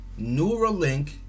Neuralink